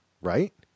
Right